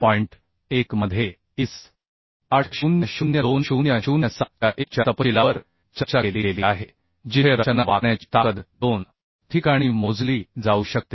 1 मध्ये IS 800 2007 च्या 1 च्या तपशीलावर चर्चा केली गेली आहे जिथे रचना बेन्डींगची ताकद दोन ठिकाणी मोजली जाऊ शकते